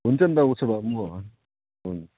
हुन्छ नि त उयो भए म हुन्छ